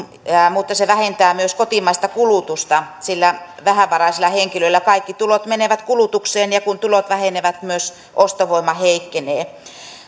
mutta se vähentää myös kotimaista kulutusta sillä vähävaraisilla henkilöillä kaikki tulot menevät kulutukseen ja kun tulot vähenevät myös ostovoima heikkenee